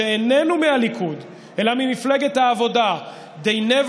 שאיננו מהליכוד אלא ממפלגת העבודה: "They never